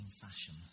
fashion